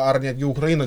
ar netgi ukraina